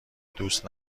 دوست